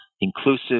inclusive